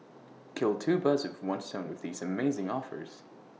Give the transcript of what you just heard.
kill two birds with one stone with these amazing offers